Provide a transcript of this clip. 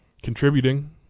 Contributing